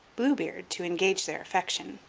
blue beard, to engage their affection,